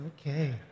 Okay